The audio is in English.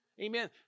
amen